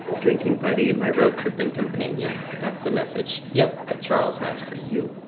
drinking buddy my road tripping companion. that's the message yup. that charles has for you.